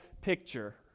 picture